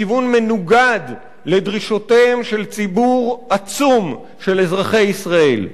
בכיוון מנוגד לדרישותיהם של ציבור עצום של אזרחי ישראל.